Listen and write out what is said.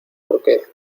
porque